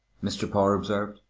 mr. power observed.